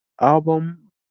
album